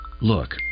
Look